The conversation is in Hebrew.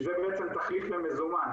שזה תחליף למזומן,